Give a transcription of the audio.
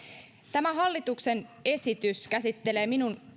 tämä hallituksen esitys käsittelee